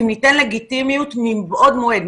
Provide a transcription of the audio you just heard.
אם ניתן לגיטימיות מבעוד מועד,